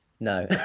No